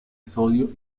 sodio